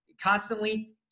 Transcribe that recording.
constantly